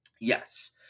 Yes